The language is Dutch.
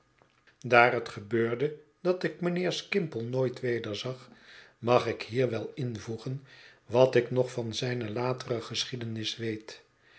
baar het gebeurde dat ik mijnheer skimpole nooit wederzag mag ik hier wel invoegen wat ik nog van zijne latere geschiedenis weet